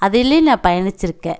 அதுலேயும் நான் பயணித்திருக்கேன்